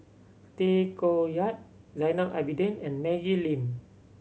Tay Koh Yat Zainal Abidin and Maggie Lim